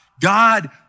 God